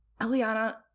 eliana